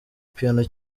piano